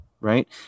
right